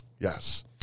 Yes